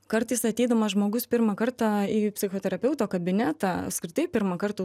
kartais ateidamas žmogus pirmą kartą į psichoterapeuto kabinetą apskritai pirmą kartą